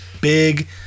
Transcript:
big